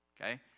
Okay